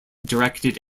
directed